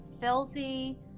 filthy